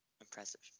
impressive